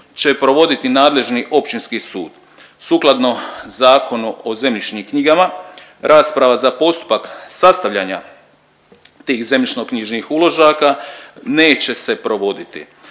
će provoditi nadležni Općinski sud. Sukladno Zakonu o zemljišnim knjigama rasprava za postupak sastavljanja tih zemljišno-knjižnih uložaka neće se provoditi